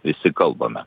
visi kalbame